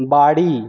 বাড়ি